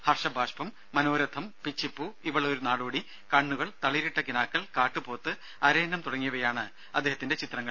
ഹർഷബാഷ്പം മനോരഥം പിച്ചിപ്പൂ ഇവൾ ഒരു നാടോടി കണ്ണുകൾ തളിരിട്ട കിനാക്കൾ കാട്ടുപോത്ത് അരയന്നം തുടങ്ങിയവയാണ് അദ്ദേഹത്തിന്റെ ചിത്രങ്ങൾ